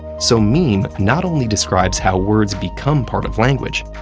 so meme not only describes how words become part of language,